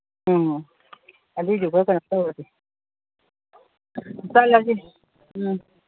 ꯎꯝ ꯑꯗꯨꯏꯗꯨꯒ ꯀꯩꯅꯣ ꯇꯧꯔꯁꯤ ꯆꯠꯂꯁꯤ ꯎꯝ